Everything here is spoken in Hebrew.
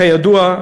כידוע,